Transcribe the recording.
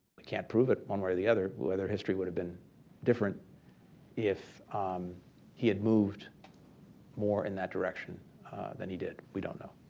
can't prove it one way or the other whether history would've been different if he had moved more in that direction than he did. we don't know.